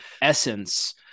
essence